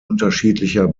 unterschiedlicher